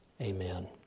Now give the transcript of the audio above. amen